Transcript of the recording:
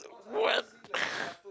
what